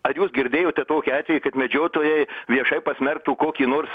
ar jūs girdėjote tokį atvejį kad medžiotojai viešai pasmerktų kokį nors